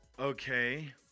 Okay